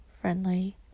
friendly